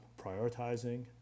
prioritizing